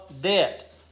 debt